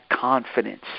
confidence